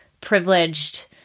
privileged